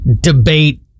debate